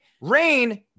rain